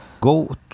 go